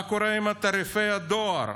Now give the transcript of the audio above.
מה קורה עם תעריפי הדואר?